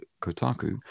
kotaku